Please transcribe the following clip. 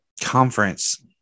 conference